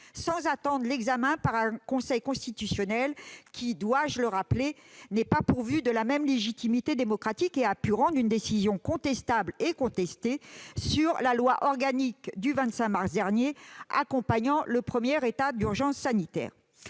sans attendre l'examen par le Conseil constitutionnel, lequel, dois-je le rappeler, n'est pas pourvu de la même légitimité démocratique et a pris une décision contestable et contestée sur la loi organique du 25 mars dernier accompagnant le premier état d'urgence sanitaire.